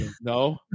No